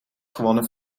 gewonnen